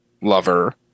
lover